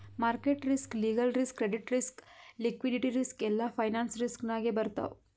market risk, legal risk, credit risk, liquidity risk ಎಲ್ಲಾ finance risk ನಾಗೆ ಬರ್ತಾವ್